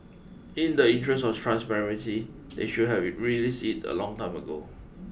in the interest of transparency they should have released it a long time ago